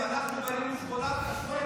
בהתאם למדיניות השר לביטחון